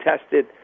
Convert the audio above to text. tested